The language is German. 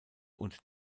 und